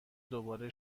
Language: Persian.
دوباره